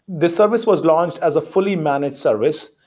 this service was launched as a fully managed service.